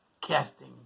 Casting